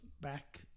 back